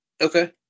Okay